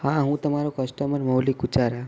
હા હું તમારો કસ્ટમર મૌલિક ગુજારા